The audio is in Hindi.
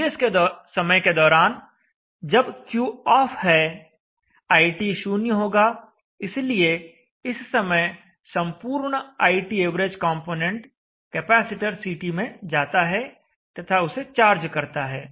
TS समय के दौरान जब Q ऑफ है iT शून्य होगा इसलिए इस समय संपूर्ण iTav कंपोनेंट कैपेसिटर CT में जाता है तथा उसे चार्ज करता है